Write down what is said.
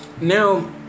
Now